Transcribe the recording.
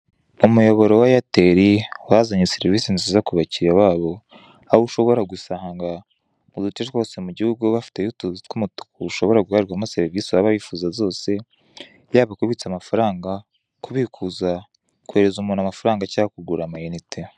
Umuyoboro wa eyateri wazanye serivise nziza ku abakiriya babo aho ushobora gusanga uduce twose mugihugu bafiteyo utuzu twumutuku ushobora guhererwamo serivise waba wifuza zose, yaba kubitsa amafaranga kubikuza kohereza umuntu amafaranga cyangwa kugura ama inite.